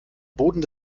boden